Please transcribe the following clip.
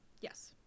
yes